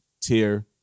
tier